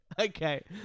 okay